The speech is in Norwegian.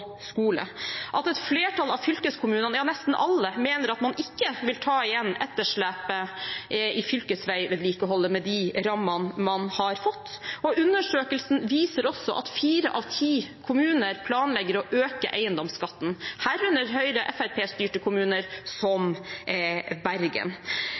skole, at et flertall av fylkeskommunene, nesten alle, mener at man ikke vil ta igjen etterslepet i fylkesveivedlikeholdet med de rammene man har fått, og undersøkelsen viser også at fire av ti kommuner planlegger å øke eiendomsskatten, herunder Høyre–Fremskrittsparti-styrte kommuner som Bergen.